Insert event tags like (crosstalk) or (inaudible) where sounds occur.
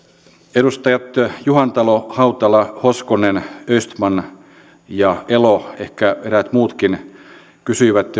edustajat juhantalo hautala hoskonen östman ja elo ehkä eräät muutkin kysyivät (unintelligible)